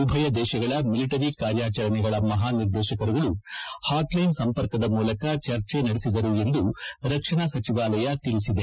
ಉಭಯ ದೇಶಗಳ ಮಿಲಿಟರಿ ಕಾರ್ಯಾಚರಣೆಗಳ ಮಹಾ ನಿರ್ದೇಶಕರುಗಳು ಹಾಟ್ಲೈನ್ ಸಂಪರ್ಕದ ಮೂಲಕ ಚರ್ಚೆ ನಡೆಸಿದರು ಎಂದು ರಕಣಾ ಸಚಿವಾಲಯ ತಿಳಿಸಿದೆ